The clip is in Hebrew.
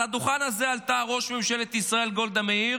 על הדוכן הזה עלתה ראש ממשלת ישראל גולדה מאיר